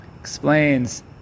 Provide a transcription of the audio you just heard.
Explains